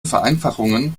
vereinfachungen